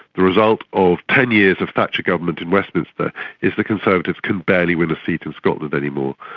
the result of ten years of thatcher government in westminster is the conservatives can barely win a seat in scotland anymore.